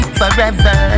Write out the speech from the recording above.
forever